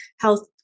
health